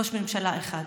ראש ממשלה אחד.